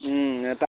এটা